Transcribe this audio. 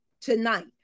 tonight